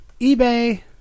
eBay